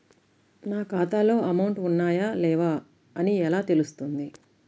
నా ఖాతాలో అమౌంట్ ఉన్నాయా లేవా అని ఎలా తెలుస్తుంది?